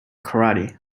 karate